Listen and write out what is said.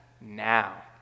now